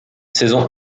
saison